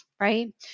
right